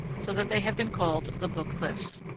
so that they have been called the book cliffs.